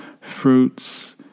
fruits